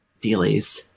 dealies